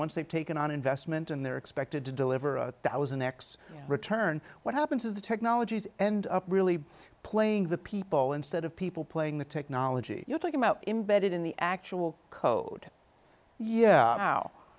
once they've taken on investment and they're expected to deliver a thousand x return what happens is the technologies end up really playing the people instead of people playing the technology you're talking about embedded in the actual code yeah now